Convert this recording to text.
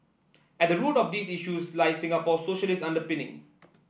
at the root of these issues lie Singapore socialist underpinning